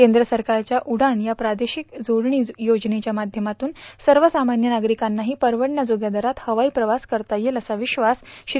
केंद्र सरकारच्या उडान या प्रदेशिक जोडणी योजनेच्या माध्यमातून सर्वसामान्य नागरिकांनाही परवडण्यायोग्य दरात हवाई प्रवास करता येईल असा विश्वास श्री